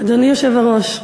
אדוני היושב-ראש,